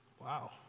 Wow